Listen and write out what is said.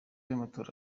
y’amatora